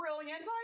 brilliant